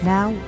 Now